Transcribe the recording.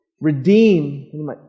redeem